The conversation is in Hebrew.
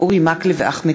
אורלי לוי אבקסיס,